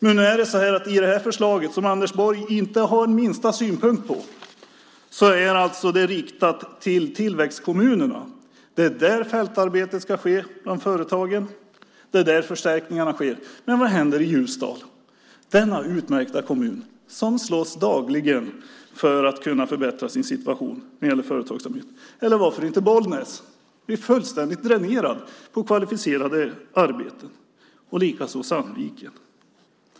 Men i det förslag som Anders Borg inte har minsta synpunkt på är det riktat till tillväxtkommunerna. Det är där fältarbetet ska ske bland företagen. Det är där förstärkningarna sker. Men vad händer i Ljusdal, i denna utmärkta kommun som slåss dagligen för att kunna förbättra sin situation när det gäller företagsamhet, eller varför inte i Bollnäs? De är fullständigt dränerade på kvalificerade arbeten och likaså Sandviken.